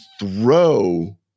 throw